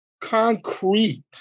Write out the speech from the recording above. concrete